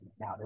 now